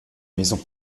maison